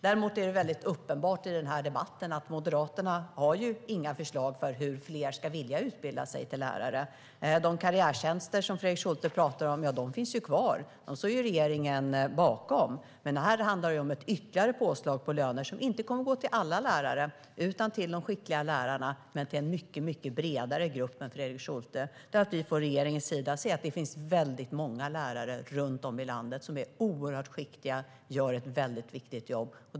Däremot är det mycket uppenbart i denna debatt att Moderaterna inte har några förslag för hur fler ska vilja utbilda sig till lärare. De karriärtjänster som Fredrik Schulte talar om finns kvar. Dem står regeringen bakom. Men detta handlar om ett ytterligare påslag på lönerna som inte kommer att gå till alla lärare utan till de skickliga lärarna, men till en mycket bredare grupp än dem som Fredrik Schulte talar om. Regeringen ser nämligen att det finns väldigt många lärare runt om i landet som är oerhört skickliga och gör ett mycket viktigt jobb.